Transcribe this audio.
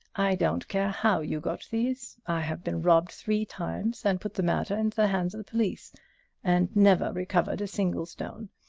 i don't care how you got these. i have been robbed three times and put the matter into the hands of the police and never recovered a single stone!